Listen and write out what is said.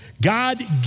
God